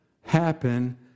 happen